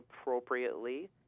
appropriately